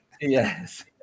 yes